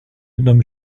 nomme